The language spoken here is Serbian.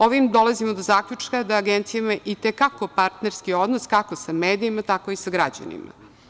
Ovim dolazimo do zaključka da Agencija ima i te kako partnerski odnos, kako sa medijima, tako i sa građanima.